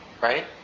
right